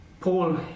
Paul